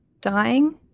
dying